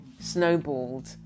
snowballed